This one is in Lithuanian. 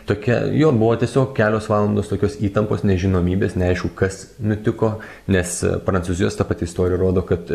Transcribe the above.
tokia jo buvo tiesiog kelios valandos tokios įtampos nežinomybės neaišku kas nutiko nes prancūzijos ta pati istorija rodo kad